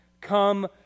Come